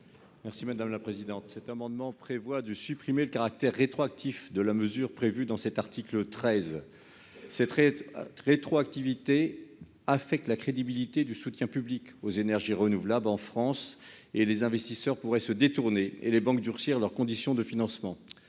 M. Daniel Salmon. Cet amendement prévoit de supprimer le caractère rétroactif de la mesure prévue à l'article 13. La rétroactivité affecte la crédibilité du soutien public aux énergies renouvelables en France. Les investisseurs pourraient se détourner de ce secteur et les banques durcir leurs conditions de financement.